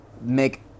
make